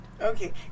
okay